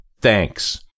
Thanks